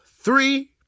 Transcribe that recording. three